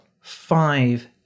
five